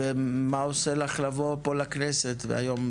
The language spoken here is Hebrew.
ומה עושה לך לבוא פה לכנסת היום,